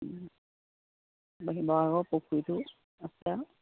বাকী বৰাগৰ পুখুৰীটো আছে আৰু